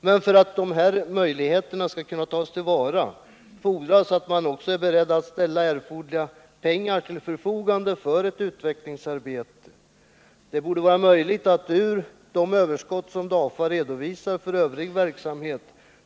Men för att möjligheterna att förlägga arbetsuppgifter till Hallstavik skall kunna tas till vara fordras att man är beredd att ställa erforderliga pengar till förfogande för ett utvecklingsarbete. Det borde vara möjligt att finansiera ett sådant genom de överskott som DAFA redovisar för övrig verksamhet.